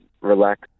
relax